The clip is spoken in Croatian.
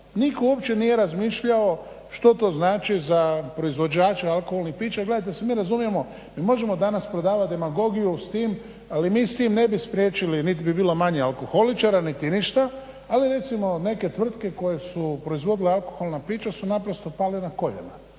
Nitko uopće nije razmišljao što to znači za proizvođača alkoholnih pića, gledajte svi mi razumijemo, mi možemo danas prodavati demagogiju s tim, ali mi s tim ne bi spriječili niti bi bilo manje alkoholičara, niti ništa, ali recimo neke tvrtke koje su proizvodile alkoholna pića su naprosto pale na koljena,